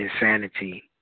insanity